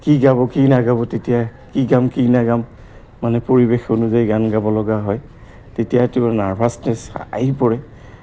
কি গাব কি নাগাব তেতিয়া কি গাম কি নাগাম মানে পৰিৱেশ অনুযায়ী গান গাব লগা হয় তেতিয়াতো নাৰ্ভাছনেছ আহি পৰে